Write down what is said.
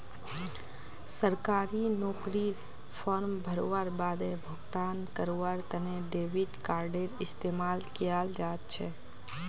सरकारी नौकरीर फॉर्म भरवार बादे भुगतान करवार तने डेबिट कार्डडेर इस्तेमाल कियाल जा छ